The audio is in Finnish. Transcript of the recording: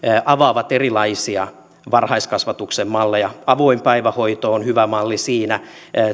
avaavat erilaisia varhaiskasvatuksen malleja avoin päivähoito on hyvä malli siinä